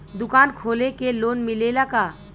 दुकान खोले के लोन मिलेला का?